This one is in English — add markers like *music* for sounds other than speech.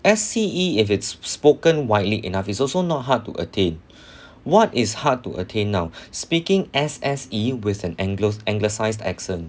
S_C_E if it's spoken widely enough is also not hard to attain *breath* what is hard to attain now speaking S_S_E with an anglos~ anglicized accent